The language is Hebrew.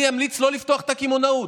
אני אמליץ לא לפתוח את הקמעונאות.